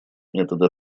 методы